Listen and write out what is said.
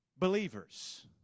believers